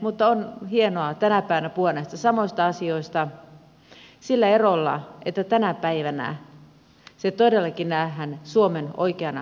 mutta on hienoa tänä päivänä puhua näistä samoista asioista sillä erolla että tänä päivänä ne todellakin nähdään suomen oikeana mahdollisuutena